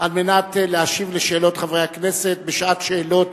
על מנת להשיב על שאלות חברי הכנסת בשעת שאלות